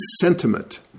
sentiment